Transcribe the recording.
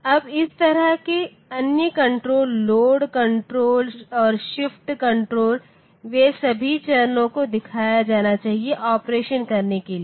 अब इस तरह के अन्य कण्ट्रोल लोड कण्ट्रोल और शिफ्ट कण्ट्रोल वे सभी चरणों को दिया जाना चाहिए ऑपरेशन करने के लिए